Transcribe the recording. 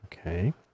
Okay